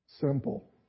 simple